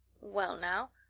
well now,